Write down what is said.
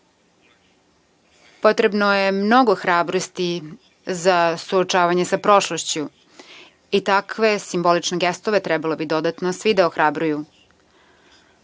Potrebno je mnogo hrabrosti za suočavanje sa prošlošću i takve simbolične gestove bi dodatno trebalo